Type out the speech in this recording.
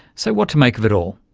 so what to make of it all?